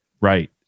Right